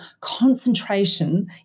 Concentration